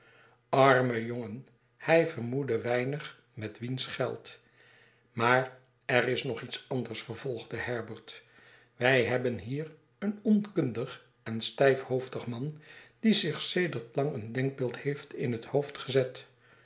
arme jongen hij vermoedde weinig met wiens geld maar er is nog iets anders vervolgde herbert wij hebben hier een onkundig en stijfhoofdig man die zich sedert lang een denkbeeld heeft in het hoofd gezet